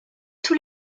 tous